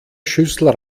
schüssel